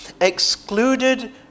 Excluded